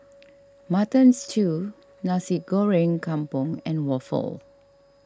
Mutton Stew Nasi Goreng Kampung and Waffle